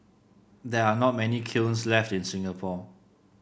there are not many kilns left in Singapore